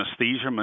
Anesthesia